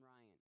Ryan